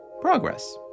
progress